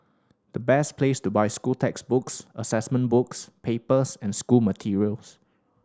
the best place to buy school textbooks assessment books papers and school materials